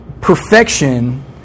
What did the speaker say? perfection